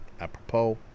apropos